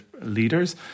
leaders